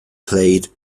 played